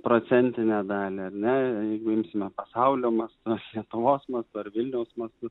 procentinę dalį ar ne jeigu imsime pasaulio mastu lietuvos mastu ar vilniaus mastu